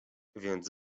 więc